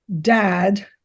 dad